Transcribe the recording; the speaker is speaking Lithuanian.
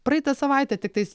praeitą savaitę tiktais